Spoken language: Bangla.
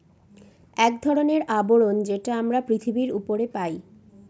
এক ধরনের আবরণ যেটা আমরা পৃথিবীর উপরে পাই